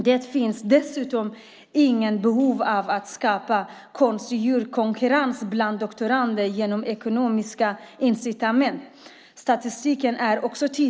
Dessutom finns det inget behov av att genom ekonomiska incitament skapa en konstgjord konkurrens bland doktorander. Statistiken är tydlig.